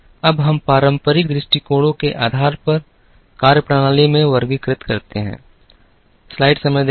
अब हम उन्हें पारंपरिक दृष्टिकोणों के आधार पर कार्यप्रणाली में वर्गीकृत करते हैं